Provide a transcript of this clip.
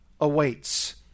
awaits